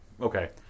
okay